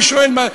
אני שואל.